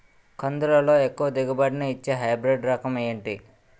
కందుల లో ఎక్కువ దిగుబడి ని ఇచ్చే హైబ్రిడ్ రకం ఏంటి?